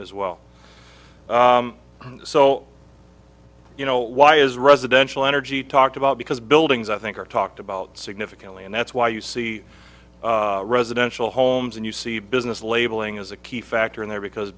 as well so you know why is residential energy talked about because buildings i think are talked about significantly and that's why you see residential homes and you see business labeling as a key factor in there because